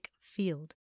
field